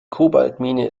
kobaltmine